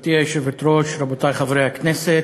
גברתי היושבת-ראש, רבותי חברי הכנסת,